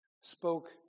Spoke